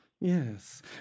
Yes